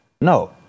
no